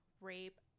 rape